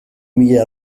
mila